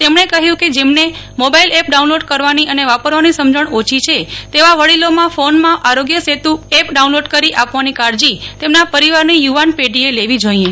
તેમને કહ્યું કે જેમને મોબાઈલ એપ ડાઉનલોડ કરવાની અને વાપરવાની સમજણ ઓછી છે તેવા વડીલો ના ફોનમાં આરોગ્ય સેતુ એપ ડાઉનલોડ કરી આપવાની કાળજી તેમના પરિવારની યુવાન પેઢી એ લેવી જોઈએ